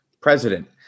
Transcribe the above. president